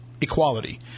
Equality